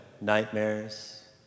Nightmares